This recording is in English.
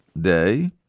day